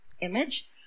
image